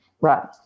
Right